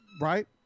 Right